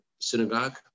synagogue